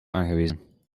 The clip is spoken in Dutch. aangewezen